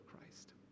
Christ